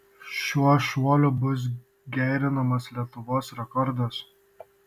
šiuo šuoliu bus gerinamas lietuvos rekordas